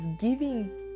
giving